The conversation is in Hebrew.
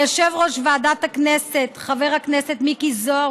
ליושב-ראש ועדת הכנסת חבר הכנסת מיקי זוהר,